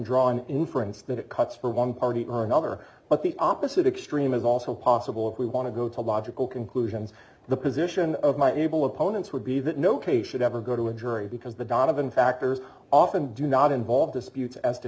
draw an inference that it cuts for one party or another but the opposite extreme is also possible if we want to go to logical conclusions the position of my able opponents would be that no case should ever go to a jury because the donovan factors often do not involve disputes as to